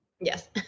Yes